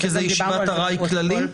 זאת ישיבת ארעי כללי?